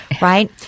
right